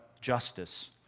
justice